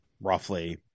roughly